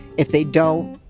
if they don't,